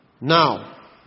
Now